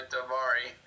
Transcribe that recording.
Davari